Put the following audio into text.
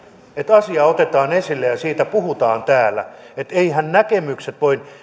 että asia otetaan esille ja siitä puhutaan täällä eiväthän näkemykset voi